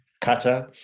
kata